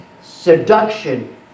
seduction